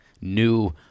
new